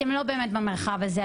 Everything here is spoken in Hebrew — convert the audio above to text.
אתם לא באמת במרחב הזה,